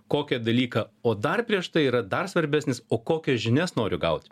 kokį dalyką o dar prieš tai yra dar svarbesnis o kokias žinias noriu gaut